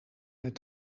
met